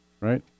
right